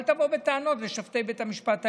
אל תבוא בטענות לשופטי בית המשפט העליון.